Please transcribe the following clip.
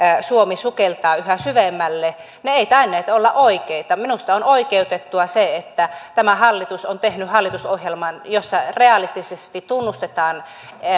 suomi sukeltaa yhä syvemmälle eivät tainneet olla oikeita minusta on oikeutettua se että tämä hallitus on tehnyt hallitusohjelman jossa realistisesti tunnustetaan